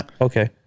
okay